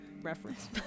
reference